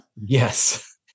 Yes